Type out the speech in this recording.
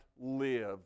live